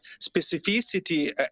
specificity